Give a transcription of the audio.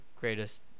greatest